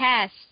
test